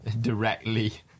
directly